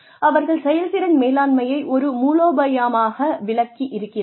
அவர்கள் செயல்திறன் மேலாண்மையை ஒரு மூலோபாயமாக விளக்கி இருக்கிறார்கள்